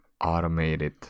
automated